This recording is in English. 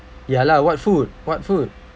ya lah what food what food